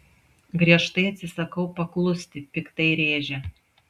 griežtai atsisakau paklusti piktai rėžia